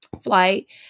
flight